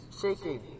shaking